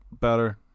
better